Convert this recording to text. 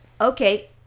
Okay